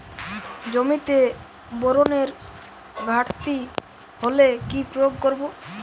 জমিতে বোরনের ঘাটতি হলে কি প্রয়োগ করব?